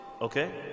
okay